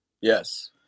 yes